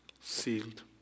sealed